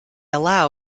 allow